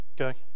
okay